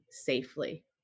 safely